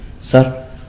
Sir